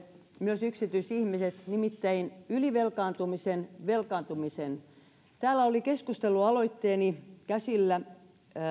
myös yksityisistä ihmisistä nimittäin ylivelkaantumisen velkaantumisen täällä oli keskustelualoitteeni käsillä